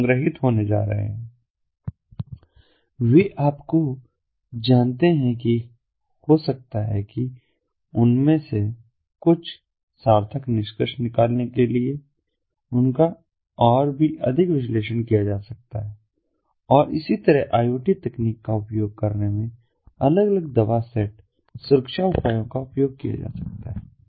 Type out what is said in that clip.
वे संग्रहीत होने जा रहे हैं वे आपको जानते हैं कि हो सकता है कि उनसे कुछ सार्थक निष्कर्ष निकालने के लिए उनका और भी अधिक विश्लेषण किया जा सकता है और इसी तरह आई ओ टी तकनीक का उपयोग करने में अलग अलग दवा सेट सुरक्षा उपायों का उपयोग किया जा सकता है